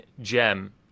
gem